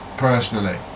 Personally